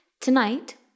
Tonight